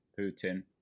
Putin